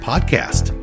podcast